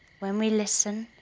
when we listen,